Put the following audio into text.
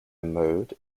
mode